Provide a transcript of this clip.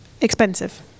expensive